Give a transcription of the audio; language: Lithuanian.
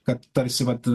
kad tarsi vat